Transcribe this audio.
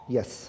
Yes